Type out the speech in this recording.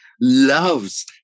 loves